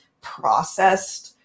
processed